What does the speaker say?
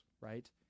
right